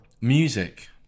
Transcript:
Music